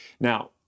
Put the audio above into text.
Now